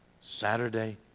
Saturday